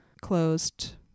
closed